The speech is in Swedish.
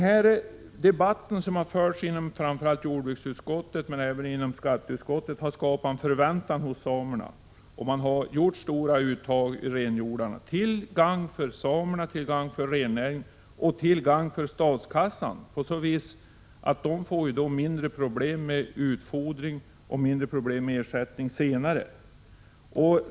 Den debatt som förts i framför allt jordbruksutskottet men även i skatteutskottet har resulterat i en förväntan hos samerna, som har gjort stora uttag ur renhjordarna — till gagn för samerna och rennäringen men också för statskassan, eftersom staten senare får mindre problem när det gäller utfodringen och ersättningen.